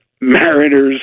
Mariners